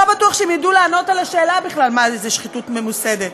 לא בטוח שהם ידעו לענות על השאלה מה היא בכלל שחיתות ממוסדת.